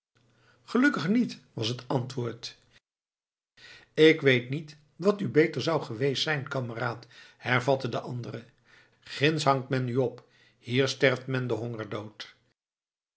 gelukkig niet was het antwoord ik weet niet wat u beter zou geweest zijn kameraad hervatte de andere ginds hangt men u op hier sterft men den hongerdood